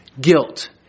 guilt